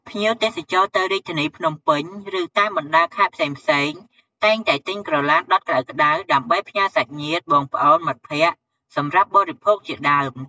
ភ្ញៀវទេសចរទៅរាជធានីភ្នំពេញ ឬតាមបណ្តាខេត្តផ្សេងៗ តែងតែទិញក្រឡានដុតក្តៅៗ ដើម្បីផ្ញើសាច់ញ្ញាតិបងប្អូនមិត្តភក្តិសម្រាប់បរិភោគជាដើម។